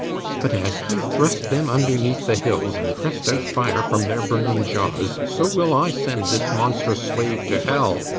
but, as he thrust them underneath the hills, and press'd out fire from their burning jaws, so will i send this monstrous slave to hell,